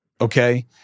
okay